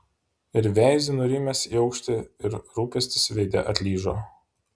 ir veiziu nurimęs į aukštį ir rūpestis veide atlyžo